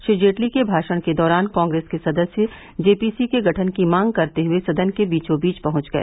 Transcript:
श्री जेटली के भाषण के दौरान कांग्रेस के सदस्य जेपीसी के गठन की मांग करते हुए सदन के बीचोंबीच पहुंच गए